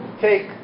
take